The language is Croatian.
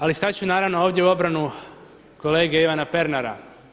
Ali stati ću naravno ovdje u obranu kolege Ivana Pernara.